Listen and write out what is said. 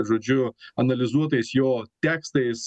žodžiu analizuotais jo tekstais